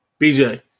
BJ